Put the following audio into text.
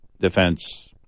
defense